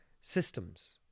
systems